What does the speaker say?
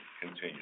continue